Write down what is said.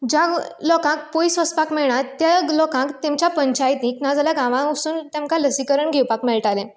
ज्या लोकांक पयस वचपाक मेळना त्या लोकांक तेंच्या पंचायतींक नाजाल्यार गांवा वरसून तेंका लसीकरण घेवपाक मेळटालें